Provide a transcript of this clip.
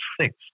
six